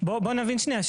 בואו נבין שנייה,